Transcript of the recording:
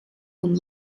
und